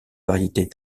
variétés